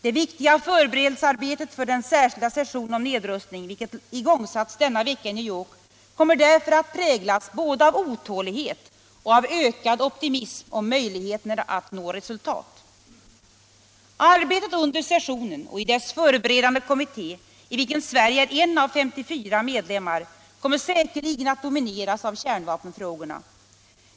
Det viktiga förberedelsearbetet för den särskilda sessionen om nedrustning, vilket igångsatts denna vecka i New York, kommer därför att präglas både av otålighet och av ökad optimism om möjligheterna att nå resultat. Arbetet under sessionen och i dess förberedande kommitté, i vilken Sverige är en av 54 medlemmar, kommer säkerligen att domineras av kärnvapenfrågorna.